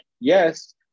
yes